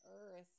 Earth